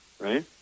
right